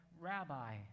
rabbi